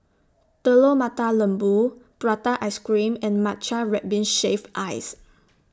Telur Mata Lembu Prata Ice Cream and Matcha Red Bean Shaved Ice